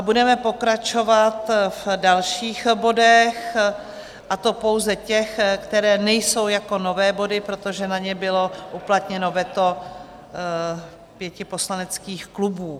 Budeme pokračovat v dalších bodech, a to pouze těch, které nejsou jako nové body, protože na ně bylo uplatněno veto pěti poslaneckých klubů.